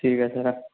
ঠিক আছে রাখ